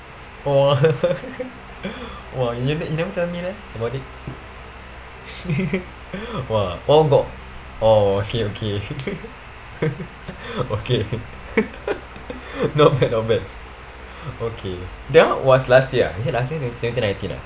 !wah! !wah! you nev~ never tell me leh about it !wah! all got oh okay okay okay not bad not bad okay that one was last year ah is it last year twenty nineteen ah